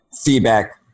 feedback